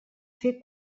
fer